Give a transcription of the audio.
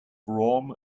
rome